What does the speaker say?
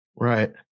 Right